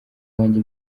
wanjye